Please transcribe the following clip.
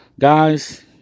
guys